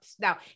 Now